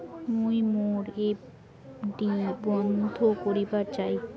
মুই মোর এফ.ডি বন্ধ করিবার চাই